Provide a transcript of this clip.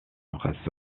race